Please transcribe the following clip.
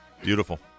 Beautiful